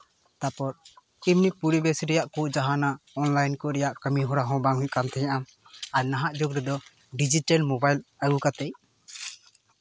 ᱛᱟᱨᱯᱚᱨ ᱮᱢᱱᱤ ᱯᱚᱨᱤᱵᱮᱥ ᱨᱮᱭᱟᱜ ᱠᱚ ᱡᱟᱦᱟᱸᱱᱟᱜ ᱚᱱᱞᱟᱭᱤᱱ ᱠᱚ ᱨᱮᱭᱟᱜ ᱠᱟᱹᱢᱤᱦᱚᱨᱟ ᱦᱚᱸ ᱵᱟᱝ ᱦᱩᱭᱩᱜ ᱠᱟᱱ ᱛᱟᱦᱮᱸᱫᱼᱟ ᱟᱨ ᱱᱟᱦᱟᱜ ᱡᱩᱜᱽ ᱨᱮᱫᱚ ᱰᱤᱡᱤᱴᱮᱞ ᱢᱳᱵᱟᱭᱤᱞ ᱟᱹᱜᱩ ᱠᱟᱛᱮᱫ